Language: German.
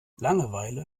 langeweile